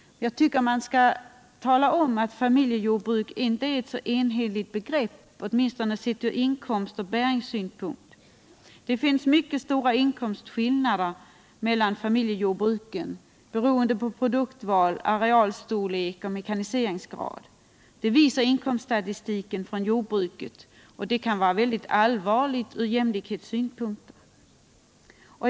Jag tycker man skall framhålla att familjejordbruk inte är ett enhetligt begrepp, åtminstone sett ur inkomstoch bärighetssynpunkt. Det finns mycket stora inkomstskillnader mellan familjejordbruken, beroende på produktval, arealstorlek och mekaniseringsgrad. Det visar inkomststatistiken från jordbruket, och det kan vara väldigt allvarligt ur jämlikhetssynpunkt.